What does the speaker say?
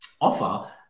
offer